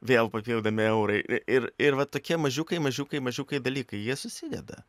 vėl papildomi eurai ir ir va tokie mažiukai mažiukai mažiukai dalykai jie susideda